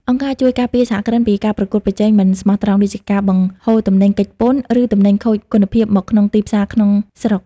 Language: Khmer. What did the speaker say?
អង្គការជួយការពារសហគ្រិនពីការប្រកួតប្រជែងមិនស្មោះត្រង់ ដូចជាការបង្ហូរទំនិញគេចពន្ធ ឬទំនិញខូចគុណភាពមកក្នុងទីផ្សារក្នុងស្រុក